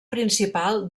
principal